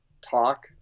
talk